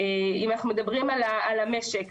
אם אנחנו מדברים על המשק,